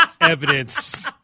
evidence